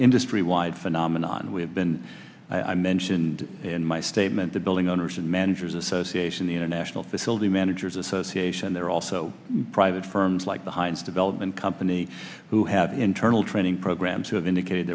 industry wide phenomenon we have been i mentioned in my statement the building owners and managers association the international facility managers association there are also private firms like the heinz development company who have internal training programs who have indicated